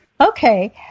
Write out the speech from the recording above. Okay